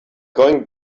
going